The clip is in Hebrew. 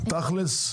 תכל'ס,